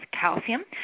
calcium